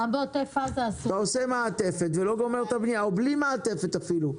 או אפילו בלי מעטפת,